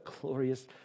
glorious